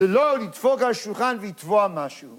‫ולא לדפוק על שולחן ולתבוע משהו.